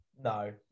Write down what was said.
no